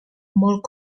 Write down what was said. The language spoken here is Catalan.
molt